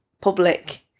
public